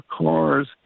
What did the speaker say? cars